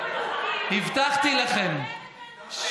הבטחתי לכם,